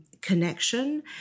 connection